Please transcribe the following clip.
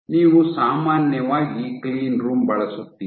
ನೀವು ಸಾಮಾನ್ಯವಾಗಿ ಕ್ಲೀನ್ರೂಮ್ ಬಳಸುತ್ತೀರಿ